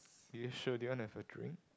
do you show do you wanna have a drink